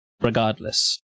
regardless